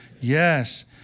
Yes